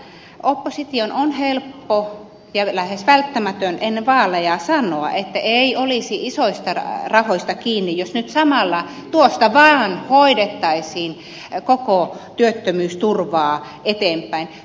opposition on helppoa ja lähes välttämätöntä ennen vaaleja sanoa että ei olisi isoista rahoista kiinni jos nyt samalla tuosta vaan hoidettaisiin koko työttömyysturvaa eteenpäin